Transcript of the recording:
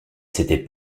s’était